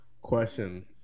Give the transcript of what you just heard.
question